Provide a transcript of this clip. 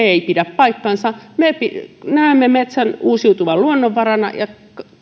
ei pidä paikkaansa me näemme metsän uusiutuvana luonnonvarana ja